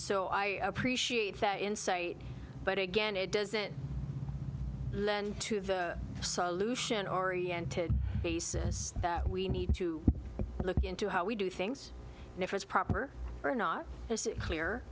so i appreciate that insight but again it doesn't lend to the solution oriented that we need to look into how we do things and if it's proper or not as clear